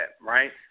right